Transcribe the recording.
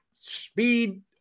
speed